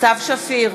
סתיו שפיר,